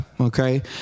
Okay